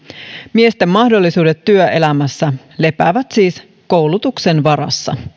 miesten mahdollisuudet työelämässä lepäävät siis koulutuksen varassa